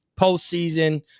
postseason